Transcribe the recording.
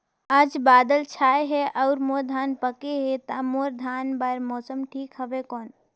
आज बादल छाय हे अउर मोर धान पके हे ता मोर धान बार मौसम ठीक हवय कौन?